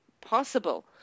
possible